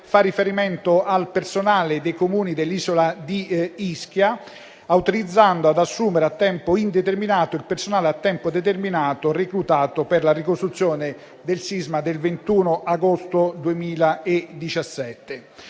fa riferimento al personale dei Comuni dell'isola di Ischia, la quale autorizza ad assumere a tempo indeterminato il personale a tempo determinato reclutato per la ricostruzione del sisma del 21 agosto 2017.